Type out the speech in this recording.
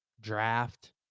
draft